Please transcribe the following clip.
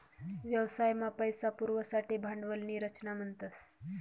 व्यवसाय मा पैसा पुरवासाठे भांडवल नी रचना म्हणतस